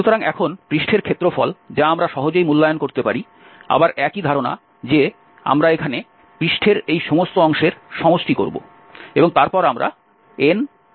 সুতরাং এখন পৃষ্ঠের ক্ষেত্রফল যা আমরা সহজেই মূল্যায়ন করতে পারি আবার একই ধারণা যে আমরা এখানে পৃষ্ঠের এই সমস্ত অংশের সমষ্টি করব এবং তারপর আমরা n→∞ নেব